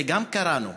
זה גם קראנו.